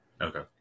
Okay